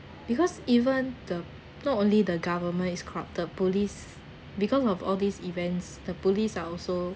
because even the not only the government is corrupted the police because of all these events the police are also